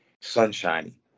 sunshiny